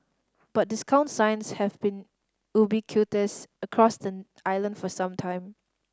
but discount signs have been ubiquitous across the island for some time